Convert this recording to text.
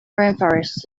rainforests